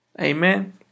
Amen